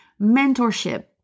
mentorship